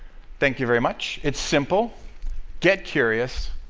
thank you very much. it's simple get curious,